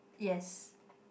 yes